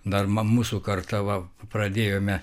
dar ma mūsų karta va pradėjome